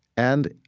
and,